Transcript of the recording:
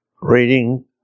reading